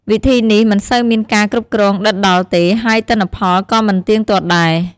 វិធីនេះមិនសូវមានការគ្រប់គ្រងដិតដល់ទេ ហើយទិន្នផលក៏មិនទៀងទាត់ដែរ។